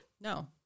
No